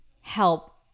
help